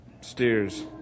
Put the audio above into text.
steers